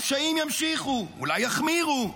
הפשעים ימשיכו, אולי יחמירו.